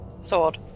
Sword